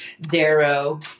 Darrow